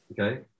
Okay